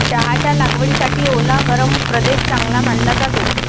चहाच्या लागवडीसाठी ओला गरम प्रदेश चांगला मानला जातो